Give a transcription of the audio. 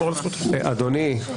אדוני,